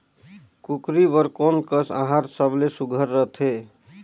कूकरी बर कोन कस आहार सबले सुघ्घर रथे?